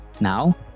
Now